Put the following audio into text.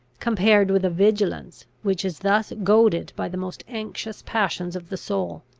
compared with a vigilance which is thus goaded by the most anxious passions of the soul.